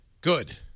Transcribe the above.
Good